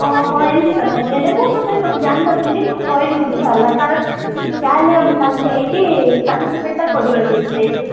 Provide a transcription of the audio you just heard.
ଏମିତି କଥାକି ହେଲେ ମୁଁ ତ ସବୁ ଜାଣି ନଥିଲି ତୁ କହିଲୁ ଭଲ ହେଲା କାରଣ ଯାହାହେଲେ ଆମେ କାଲି ଯାଇକି ପାର୍ଟିସପେଟ୍ଟା କରିବା ସେଇଠି ଯାଇକି